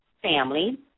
family